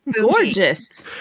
Gorgeous